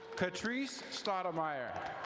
catrice stottermeyer.